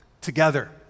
together